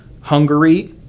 Hungary